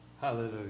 Hallelujah